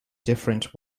different